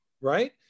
right